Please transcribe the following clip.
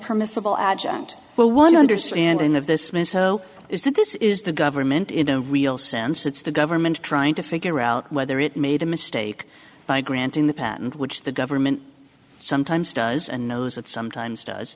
permissible adjunct well one understanding of this misho is that this is the government in the real sense it's the government trying to figure out whether it made a mistake by granting the patent which the government sometimes does and knows it sometimes does